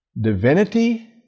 Divinity